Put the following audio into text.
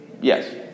Yes